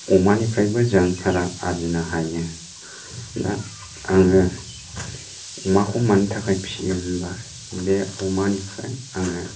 अमानिफ्रायबो जों रां आरजिनो हायो दा आङो अमाखौ मानि थाखाय फिसियो होनोब्ला बे अमानिफ्राय आङो